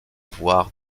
avoir